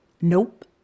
Nope